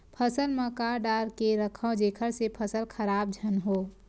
फसल म का डाल के रखव जेखर से फसल खराब झन हो?